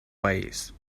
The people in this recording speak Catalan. país